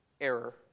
error